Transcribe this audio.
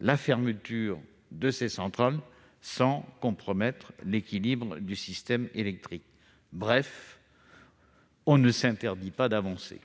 la fermeture de ces centrales sans compromettre l'équilibre du système électrique. Bref, on ne s'interdit plus d'avancer,